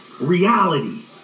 reality